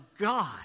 God